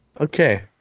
Okay